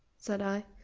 said i.